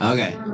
Okay